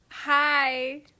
Hi